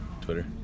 Twitter